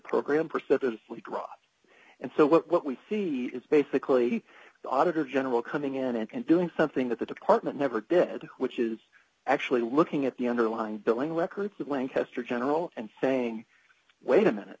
dropped and so what we see is basically the auditor general coming in and doing something that the department never did which is actually looking at the underlying billing records of lancaster general and saying wait a minute